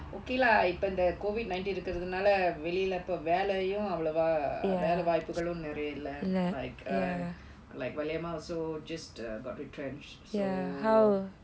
okay lah இப்போ இந்த:ippo intha COVID nineteen இருக்குறதுனால வெளில இப்ப வேலையும் அவ்வளவு வேல வாய்புகளும் நிறைய இல்ல:irukkranaala velila ippa velayyum avvalavaa vela vaaypugalum niraiya illa like uh like valayamma also just got retrenched so uh